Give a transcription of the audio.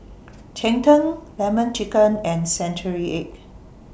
Cheng Tng Lemon Chicken and Century Egg